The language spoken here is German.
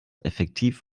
effektiv